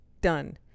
done